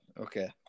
Okay